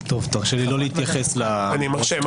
תרשה לי לא להתייחס --- אני מרשה.